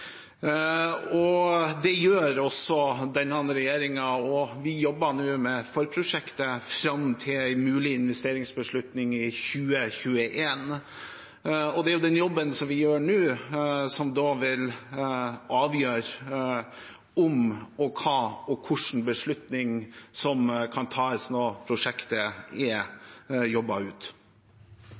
Det gjør også denne regjeringen, og vi jobber nå med forprosjektet fram til en mulig investeringsbeslutning i 2021. Det er den jobben vi gjør nå, som vil avgjøre om, hva og hvilken beslutning som kan tas når prosjektet er jobbet ut.